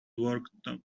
worktop